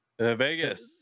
Vegas